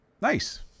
Nice